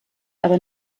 aber